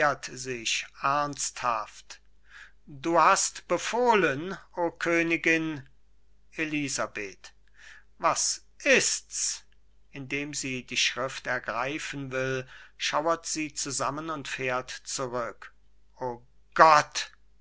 sich ernsthaft du hast befohlen o königin elisabeth was ist's indem sie die schrift ergreifen will schauert sie zusammen und jährt zurück o gott